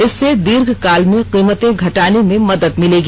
इससे दीर्घकाल में कीमतें घटाने में मदद मिलेगी